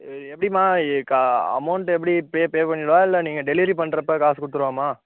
எப்படிம்மா அமவுண்டு எப்படி இப்பயே பே பண்ணிடவா இல்லை நீங்கள் டெலிவரி பண்ணுறப்ப காசு கொடுத்துடவாம்மா